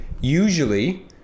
usually